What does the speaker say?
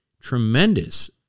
tremendous